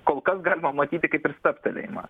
kol kas galima matyti kaip ir stabtelėjimą